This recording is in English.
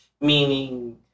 meaning